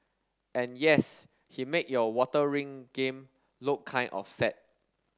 and yes he made your water ring game look kind of sad